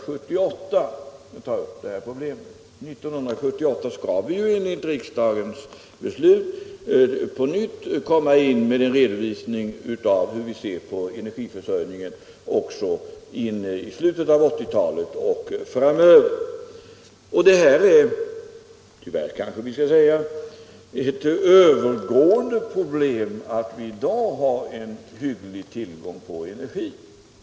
År 1978 skall vi ju enligt riksdagens beslut lägga fram en redovisning av hur vi ser på energiförsörjningen under tiden till slutet av 1980-talet och framöver. Det är — tyvärr kanske vi skall säga — ett övergående förhållande att vi i dag har hygglig tillgång på energi.